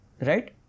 Right